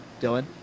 Dylan